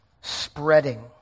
spreading